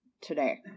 today